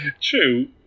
True